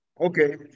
okay